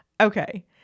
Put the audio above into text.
okay